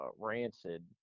rancid